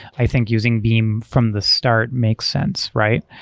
i think using beam from the start makes sense, right?